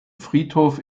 friedhof